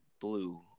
blue